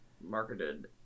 Marketed